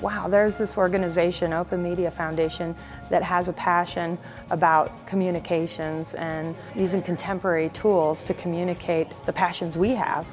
wow there's this organization out the media foundation that has a passion about communications and using contemporary tools to communicate the passions we have